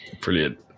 Brilliant